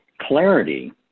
clarity